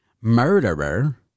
Murderer